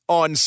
on